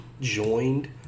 joined